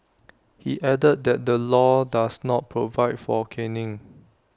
he added that the law does not provide for caning